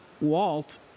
Walt